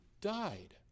died